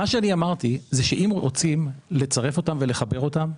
זה שאם רוצים לצרף אותם ולחבר אותם,